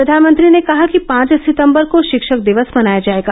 प्रधानमंत्री ने कहा कि पांच सितंबर को शिक्षक दिवस मनाया जाएगा